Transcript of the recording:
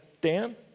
Dan